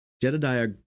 Jedediah